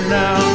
now